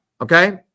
okay